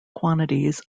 quantities